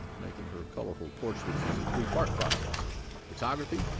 making her colorful portraits is a three-part process photography,